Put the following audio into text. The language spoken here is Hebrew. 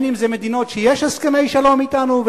אם מדינות שיש להן הסכמי שלום אתנו,